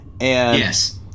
Yes